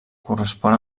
correspon